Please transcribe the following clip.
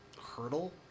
hurdle